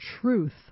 truth